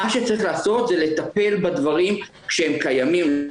מה שצריך לעשות זה לטפל בדברים כשהם קיימים,